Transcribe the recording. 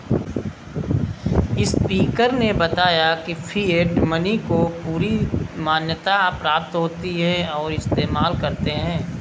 speaker ने बताया की फिएट मनी को पूरी मान्यता प्राप्त होती है और इस्तेमाल करते है